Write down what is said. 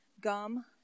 gum